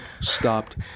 stopped